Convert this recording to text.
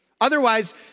Otherwise